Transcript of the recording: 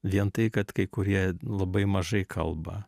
vien tai kad kai kurie labai mažai kalba